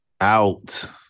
out